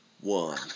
one